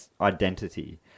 identity